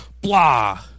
blah